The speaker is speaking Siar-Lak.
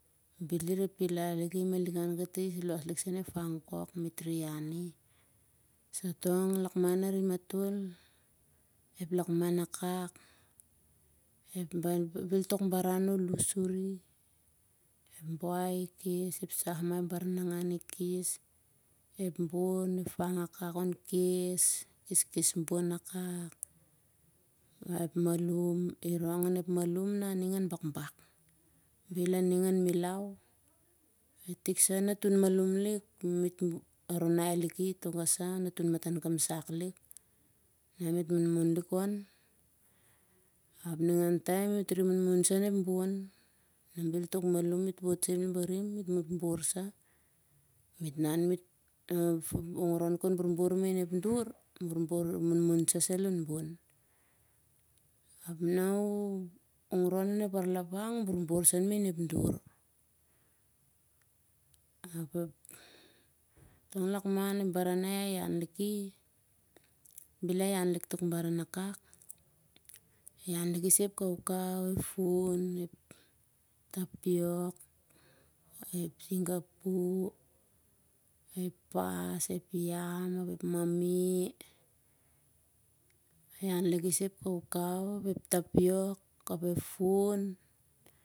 Ep lakman akak, bel baran ol lus suri. Ep buai ikes ep baranangan ikes ep bon ep fang akak kon kes. Keskes bon akak, irong on ep malum na aning an bakbak. Bel aning an milau, itik sah a natun malum lik tonga sah an natun matan kamsak lik. Nah met munmun lik on. Ningan taem met re munmun sah ep bon. Na bel tok malum met wot met borbor sah, hongron kon borbor sah ap nah uh hongron on ep arlapang borbor sah main ep dur. Ap tong lakman ep baran ian liki, bel a ian lik tok baran akak. A ian lik sah ep kaukau ep fun ep tapiok ep singapu ep pas ep yam ap ep mami.